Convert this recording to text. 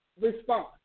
response